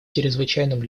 чрезвычайным